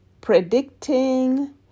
predicting